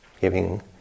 giving